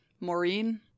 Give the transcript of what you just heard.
Maureen